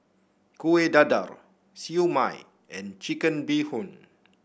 Kuih Dadar Siew Mai and Chicken Bee Hoon